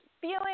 feeling